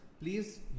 please